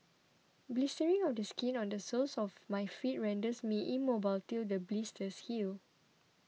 blistering of the skin on the soles of my feet renders me immobile till the blisters heal